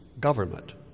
government